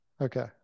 Okay